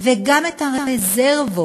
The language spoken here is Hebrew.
וגם את הרזרבות